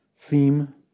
theme